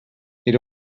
era